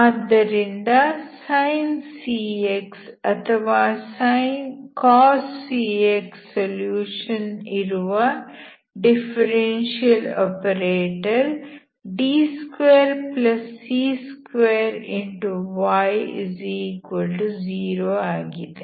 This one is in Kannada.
ಆದ್ದರಿಂದ sin cx ಅಥವಾ cos cx ಸೊಲ್ಯೂಷನ್ ಇರುವ ಡಿಫರೆನ್ಷಿಯಲ್ ಆಪರೇಟರ್ D2c2y0 ಆಗಿದೆ